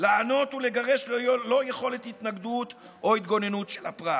לענות ולגרש ללא יכולת התנגדות או התגוננות של הפרט,